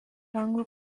anglų